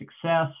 success